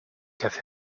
kept